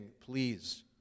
please